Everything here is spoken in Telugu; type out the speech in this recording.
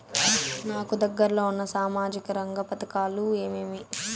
నాకు దగ్గర లో ఉన్న సామాజిక రంగ పథకాలు ఏమేమీ?